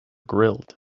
grilled